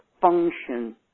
function